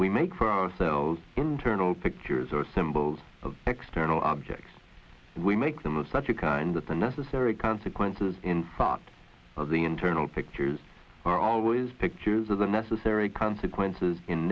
we make for ourselves internal pictures or symbols of external objects we make them of such a kind that the necessary consequences in front of the internal pictures are always pictures of the necessary consequences in